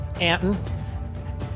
Anton